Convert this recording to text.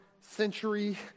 century